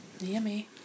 Yummy